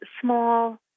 small